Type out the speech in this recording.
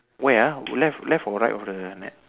where ah left left or right of the net